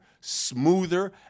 smoother